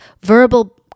verbal